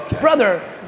brother